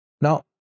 Now